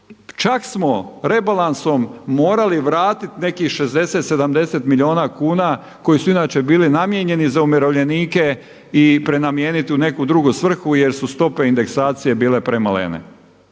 Čak smo rebalansom morali vratiti nekih 60, 70 milijuna kuna koji su inače bili namijenjeni za umirovljenike i prenamijeniti u neku drugu svrhu jer su stope indeksacije bile premalene.